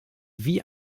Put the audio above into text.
wie